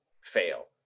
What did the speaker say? fail